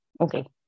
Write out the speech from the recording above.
Okay